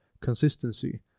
consistency